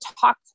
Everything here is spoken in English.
talk